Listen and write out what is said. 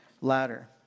ladder